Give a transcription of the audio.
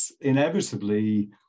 inevitably